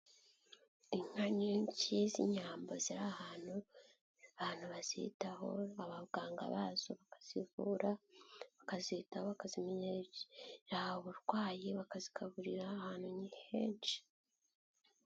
Inka nyinshi z'Inyambo ziri ahantu, abantu bazitaho, abaganga bazo bakazivura, bakazitaho bakazimenyera uburwayi, bakazigaburira ahantu henshi.